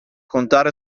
contare